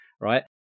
right